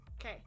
Okay